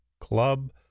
Club